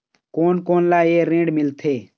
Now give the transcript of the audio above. कोन कोन ला ये ऋण मिलथे?